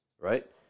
right